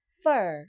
fur